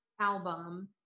album